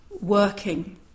working